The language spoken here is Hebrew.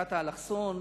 שיטת האלכסון.